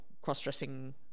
cross-dressing